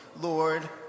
Lord